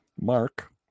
Mark